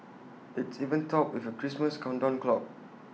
it's even topped with A Christmas countdown clock